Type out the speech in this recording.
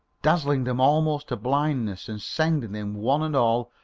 dazzling them almost to blindness and sending them, one and all,